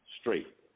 straight